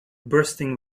bursting